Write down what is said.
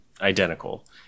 identical